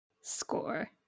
Score